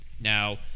Now